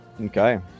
Okay